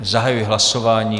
Zahajuji hlasování.